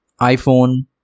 iphone